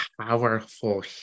powerful